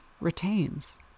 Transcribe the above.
retains